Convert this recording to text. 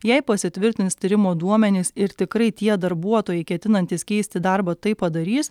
jei pasitvirtins tyrimo duomenys ir tikrai tie darbuotojai ketinantys keisti darbą tai padarys